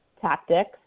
tactics